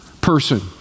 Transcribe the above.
person